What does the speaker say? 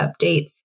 updates